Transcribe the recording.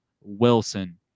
Wilson